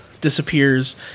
disappears